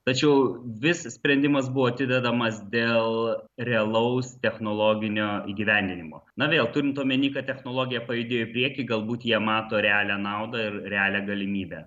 tačiau vis sprendimas buvo atidedamas dėl realaus technologinio įgyvendinimo na vėl turint omeny kad technologija pajudėjo į priekį galbūt jie mato realią naudą ir realią galimybę